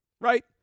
Right